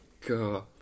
God